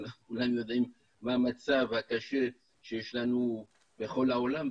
כולם יודעים מה המצב הקשה שיש לנו בכל העולם,